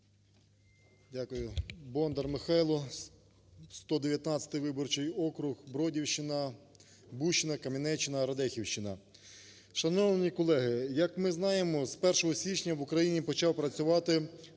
Дякую. Бондар Михайло, 119 виборчий округ, Бродівщина, Камінеччина, Радехівщина. Шановні колеги, як ми знаємо, з 1 січня в Україні почав працювати